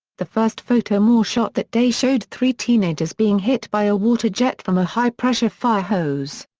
the first photo moore shot that day showed three teenagers being hit by a water jet from a high-pressure firehose.